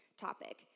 topic